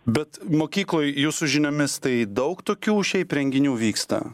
bet mokykloj jūsų žiniomis tai daug tokių šiaip renginių vyksta